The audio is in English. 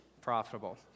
profitable